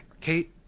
Kate